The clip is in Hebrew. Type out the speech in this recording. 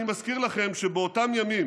אני מזכיר לכם שבאותם ימים